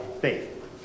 faith